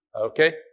okay